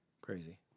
Crazy